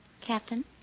Captain